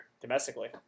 Domestically